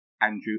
Andrew